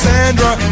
Sandra